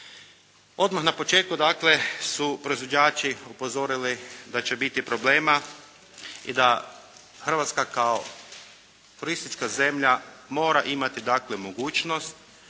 Odmah na početku dakle su proizvođači upozorili da će biti problema i da Hrvatska kao turistička zemlja mora imati dakle mogućnost